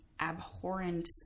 abhorrent